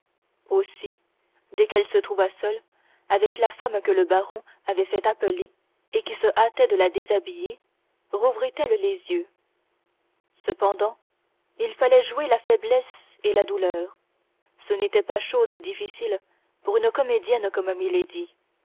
aussi dès qu'elle se trouva seule avec la femme que le baron avait fait appeler et qui se hâtait de la déshabiller rouvrit elle les yeux cependant il fallait jouer la faiblesse et la douleur ce n'étaient pas choses difficiles pour une comédienne comme milady aussi la